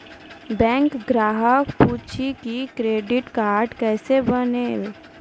Bank ग्राहक पुछी की क्रेडिट कार्ड केसे बनेल?